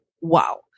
wow